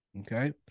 Okay